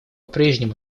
прежнему